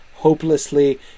Hopelessly